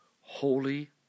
holy